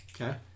Okay